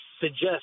suggest